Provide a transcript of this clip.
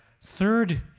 third